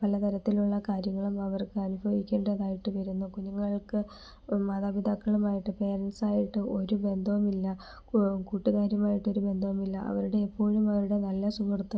പലതരത്തിലുള്ള കാര്യങ്ങളും അവർക്ക് അനുഭവിക്കേണ്ടതായിട്ട് വരുന്നു കുഞ്ഞുങ്ങൾക്ക് മാതാപിതാക്കളുമായിട്ട് പേരെൻസ് ആയിട്ട് ഒരു ബന്ധവും ഇല്ല കൂട്ടുകാരുമായിട്ട് ഒരു ബന്ധവും ഇല്ല അവരുടെ എപ്പോഴും അവരുടെ നല്ല സുഹൃത്തും